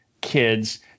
kids